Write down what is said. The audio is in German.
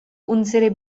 unsere